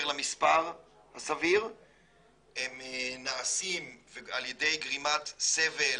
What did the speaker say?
למספר הסביר הם נעשים על ידי גרימת סבל